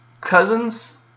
Cousins